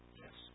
yes